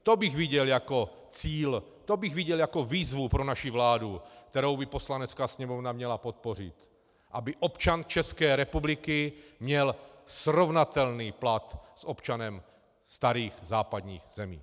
To bych viděl jako cíl, to bych viděl jako výzvu pro naši vládu, kterou by Poslanecká sněmovna měla podpořit, aby občan České republiky měl srovnatelný plat s občanem starých západních zemí.